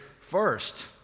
first